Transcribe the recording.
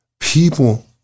People